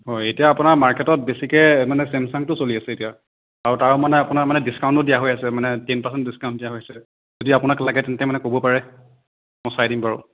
হয় এতিয়া আপোনাৰ মাৰ্কেটত বেছিকৈ মানে ছেমছাংটো চলি আছে এতিয়া আৰু তাৰো মানে আপোনাৰ মানে ডিছকাউণ্টো দিয়া হৈ আছে মানে টেন পাৰ্চেণ্ট ডিছকাউণ্ট দিয়া হৈছে যদি আপোনাক লাগে তেন্তে মানে ক'ব পাৰে মই চাই দিম বাৰু